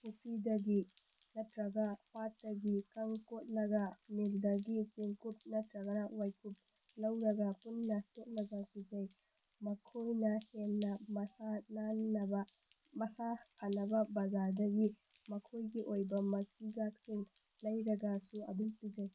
ꯄꯨꯈ꯭ꯔꯤꯗꯒꯤ ꯅꯠꯇ꯭ꯔꯒ ꯄꯥꯠꯇꯒꯤ ꯀꯪ ꯀꯣꯠꯂꯒ ꯃꯤꯜꯗꯒꯤ ꯆꯦꯡꯀꯨꯞ ꯅꯠꯇ꯭ꯔꯒꯅ ꯋꯥꯏꯀꯨꯞ ꯂꯧꯔꯒ ꯄꯨꯟꯅ ꯇꯣꯠꯂꯒ ꯄꯤꯖꯩ ꯃꯈꯣꯏꯅ ꯍꯦꯟꯅ ꯃꯁꯥ ꯅꯥꯟꯅꯕ ꯃꯁꯥ ꯐꯅꯕ ꯕꯖꯥꯔꯗꯒꯤ ꯃꯈꯣꯏꯒꯤ ꯑꯣꯏꯕ ꯃꯆꯤꯟꯖꯥꯛꯁꯤꯡ ꯂꯩꯔꯒꯁꯨ ꯑꯗꯨꯝ ꯄꯤꯖꯩ